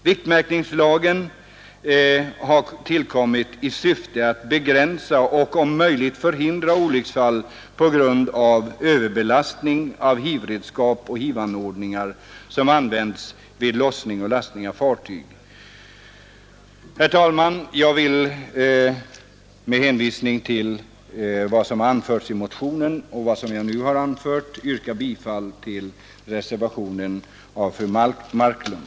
Viktmärkningslagen har tillkommit i syfte att begränsa och om möjligt förhindra olycksfall på grund av överbelastning av hivredskap och hivanordningar som används vid lossning och lastning av fartyg. Herr talman! Jag vill med hänvisning till vad som har anförts i motionen och vad jag nu sagt yrka bifall till reservationen av fru Marklund.